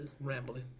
rambling